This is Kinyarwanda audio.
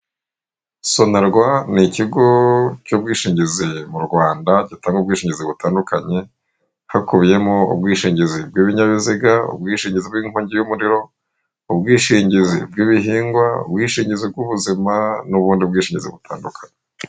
Sonarwa ni ikigo cy'ubwishingizi mu Rwanda gitanga ubwishingizi butandukanye, hakubiyemo ubwishingizi bw'ibinyabiziga, ubwiwinshingizi bw'inkongi y'umuriro, ubwishingizi bw'ibihingwa, ubwishingi bw'ubuzima, n'ubundi bwishingizi butandukanye.